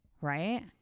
Right